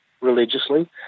religiously